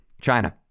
China